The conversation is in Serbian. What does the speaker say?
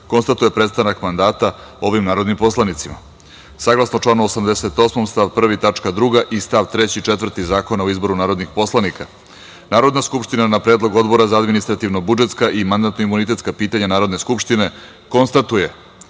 konstatuje prestanak mandata ovim narodnim poslanicima. Saglasno članu 88. stav 1. tačka 2. i stav 3. i 4. Zakona o izboru narodnih poslanika, Narodna skupština na Predlog Odbora za administrativno-budžetska i mandatno-imunitetska pitanja Narodne skupštine, konstatuje